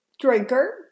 Drinker